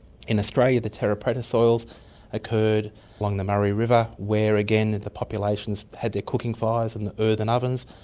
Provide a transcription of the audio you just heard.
in australia the terra preta soils occurred along the murray river where again and the populations had their cooking fires and the earthen ovens,